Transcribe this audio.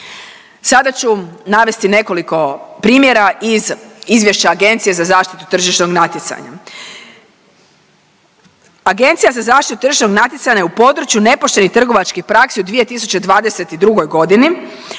Sada ću navesti nekoliko primjera iz Izvješća Agencije za zaštitu tržišnog natjecanja. Agencija za zaštitu tržišnog natjecanja je u području nepoštenih trovačkih praksi u 2022.g. u lancu